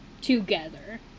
together